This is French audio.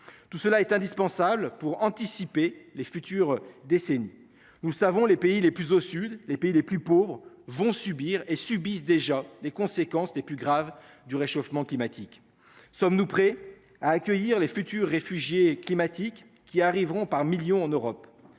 Tout cela est indispensable pour anticiper les futures décennies nous savons les pays les plus au sud, les pays les plus pauvres vont subir et subissent déjà les conséquences les plus graves du réchauffement climatique. Sommes-nous prêts à accueillir les futurs réfugiés climatiques qui arriveront par millions en Europe.